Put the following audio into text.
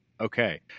okay